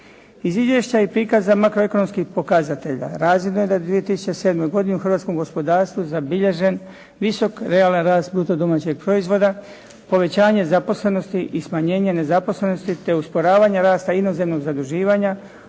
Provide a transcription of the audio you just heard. izvješća i prikaza makroekonomskih pokazatelja razvidno je da je u 2007. godini u hrvatskom gospodarstvu zabilježen visok realan rast bruto domaćeg proizvoda, povećanje zaposlenosti i smanjenje nezaposlenosti te usporavanje rasta inozemnog zaduživanja,